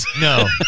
no